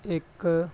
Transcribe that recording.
ਇੱਕ